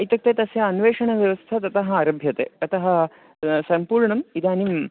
इत्युक्ते तस्य अन्वेषणव्यवस्था ततः आरभ्यते ततः सम्पूर्णम् इदानीं